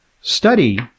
study